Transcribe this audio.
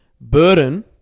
Burden